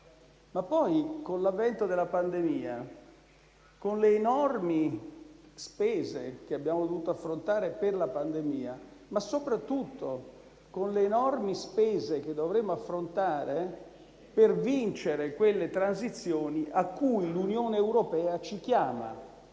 considerare l'avvento della pandemia, le enormi spese che abbiamo dovuto affrontare per la pandemia stessa, ma soprattutto le enormi spese che dovremo affrontare per vincere quelle transizioni a cui l'Unione europea ci chiama: